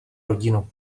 rodinu